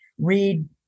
read